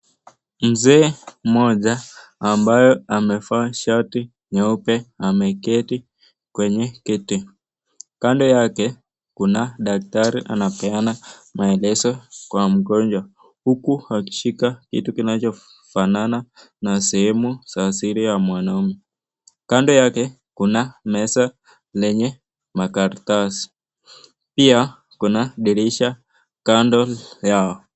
Mzee mmoja ambaye amevaa shati nyeupe ameketi kwenye kiti. Kando yake, kuna daktari anapeana maelezo kwa mgonjwa, huku akishika kitu kinachofanana na sehemu za siri ya mwanaume. Kando yake, kuna meza yenye makaratasi. Pia, kuna dirisha kando yao.